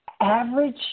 average